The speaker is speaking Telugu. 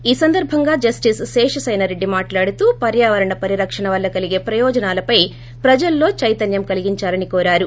ఈ సందర్బంగా జస్టిస్ శేషశయనరెడ్డి మాట్లాడుతూ పర్యావరణ పరిరక్షణ వల్ల కలిగే ప్రయోజనాలపై ప్రజల్లో చైతన్యం కలిగించాలని కోరారు